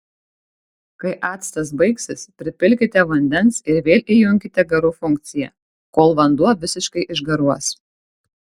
kai actas baigsis pripilkite vandens ir vėl įjunkite garų funkciją kol vanduo visiškai išgaruos